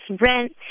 rent